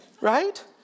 Right